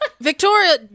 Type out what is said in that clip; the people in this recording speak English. Victoria